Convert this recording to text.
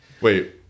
Wait